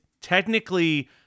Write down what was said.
technically